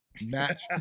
Match